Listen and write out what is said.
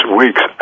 weeks